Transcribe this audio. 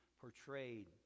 portrayed